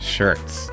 Shirts